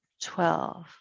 twelve